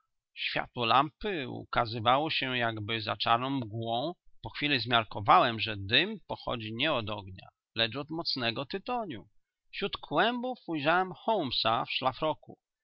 światło lampy ukazywało się jakby za czarną mgłą po chwili zmiarkowałem że dym pochodzi nie od ognia lecz od mocnego tytoniu wśród kłębów ujrzałem holmesa w szlafroku